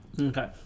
okay